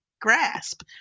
grasp